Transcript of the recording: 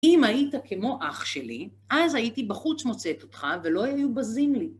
אם היית כמו אח שלי, אז הייתי בחוץ מוצאת אותך ולא היו בזים לי.